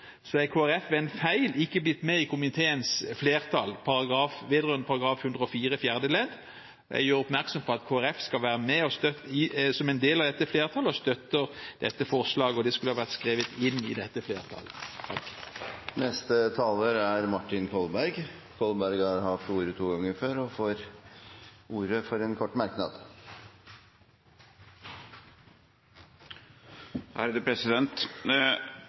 Så vil jeg bare helt til slutt presisere at i Innst. 186 S er Kristelig Folkeparti ved en feil ikke blitt med i komiteens flertall vedrørende § 104 fjerde ledd. Jeg gjør oppmerksom på at Kristelig Folkeparti skal være med som en del av dette flertallet og støtte dette forslaget. Vi skulle vært skrevet inn i dette flertallet. Representanten Martin Kolberg har hatt ordet to ganger før og får ordet til en kort merknad,